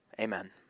Amen